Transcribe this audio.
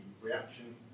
reaction